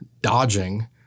dodging